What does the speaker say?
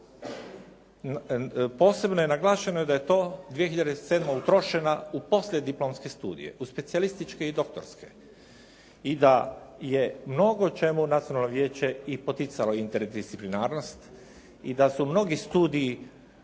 Posebno je naglašeno da je to 2007. utrošena u poslije diplomske studije, u specijalističke i doktorske i da je mnogo čemu nacionalno vijeće i poticalo interdisciplinarnost i da su mnogi studiji